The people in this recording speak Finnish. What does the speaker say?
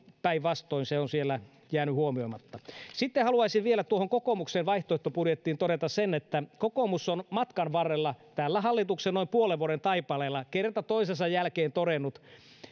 päinvastoin se on siellä jäänyt huomioimatta haluaisin vielä tuohon kokoomuksen vaihtoehtobudjettiin todeta sen että kokoomus on matkan varrella tällä hallituksen noin puolen vuoden taipaleella kerta toisensa jälkeen todennut